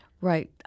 Right